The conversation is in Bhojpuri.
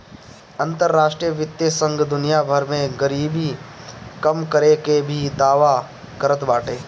अंतरराष्ट्रीय वित्तीय संघ दुनिया भर में गरीबी कम करे के भी दावा करत बाटे